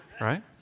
right